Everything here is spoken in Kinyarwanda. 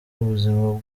ubuzima